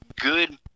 good